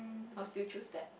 I'll still choose that